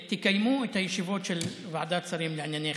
תקיימו את הישיבות של ועדת השרים לענייני חקיקה,